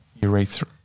urethra